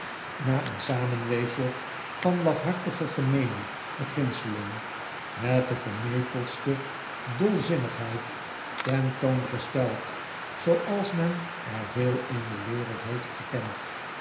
na een samenweefsel van lafhartige gemeene beginselen met de vermetelste dolzinnigheid ten toon gesteld zooals men er veel in de wereld heeft gekend